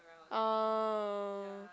oh